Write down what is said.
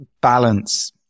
balance